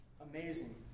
amazing